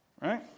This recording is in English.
right